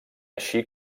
així